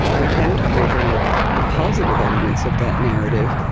we tend to overlook the positive elements of that narrative.